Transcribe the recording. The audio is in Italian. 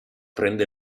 prende